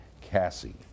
Cassie